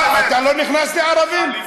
אתה לא נכנס לערבים?